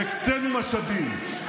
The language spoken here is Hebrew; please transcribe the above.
והקצינו משאבים,